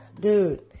Dude